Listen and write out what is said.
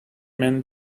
men